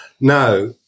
Now